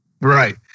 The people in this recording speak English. Right